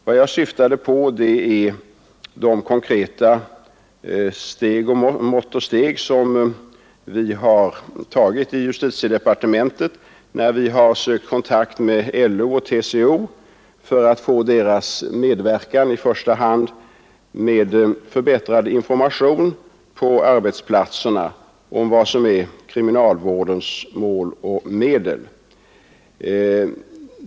Vad jag syftade på var de konkreta mått och steg som vi har tagit i justitiedepartementet genom att vi har sökt kontakt med LO och TCO för att få deras samverkan, i första hand med förbättrad information på arbetsplatserna om vad som är kriminalvårdens mål och medel.